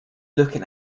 looking